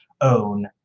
own